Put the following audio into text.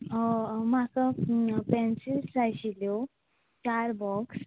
म्हाका पेनसील्स जाय आशिल्ल्यो चार बोक्स